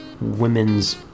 women's